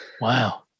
wow